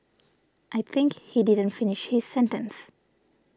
I think he didn't finish his sentence